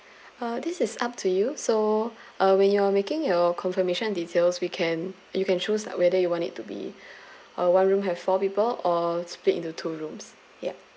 uh this is up to you so uh when you're making your confirmation details we can you can choose whether you want it to be uh one room have four people or split into two rooms yup